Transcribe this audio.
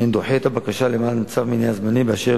הנני דוחה את הבקשה למתן צו מניעה זמני ומאשר